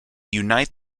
unite